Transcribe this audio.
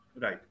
Right